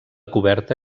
coberta